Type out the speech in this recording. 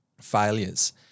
failures